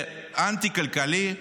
זה אנטי-כלכלי,